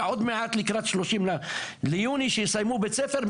ועוד מעט לקראת ה-30 ביוני כשהם יסיימו בית ספר,